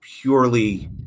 purely